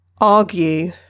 argue